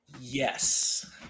Yes